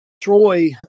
Troy